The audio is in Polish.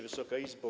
Wysoka Izbo!